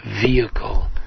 vehicle